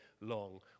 long